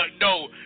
no